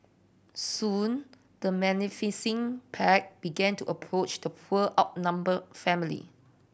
soon the menacing pack began to approach the poor outnumbered family